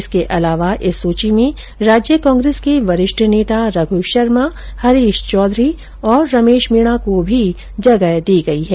इसके अलावा इस सुची में राज्य कांग्रेस के वरिष्ठ नेता रघु शर्मा हरीश चौधरी रमेश मीणा को भी जगह दी गई है